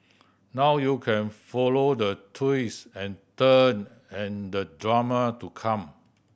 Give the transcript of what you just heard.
now you can follow the twist and turn and the drama to come